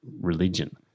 religion